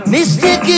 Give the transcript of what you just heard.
Mystic